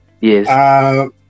yes